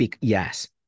yes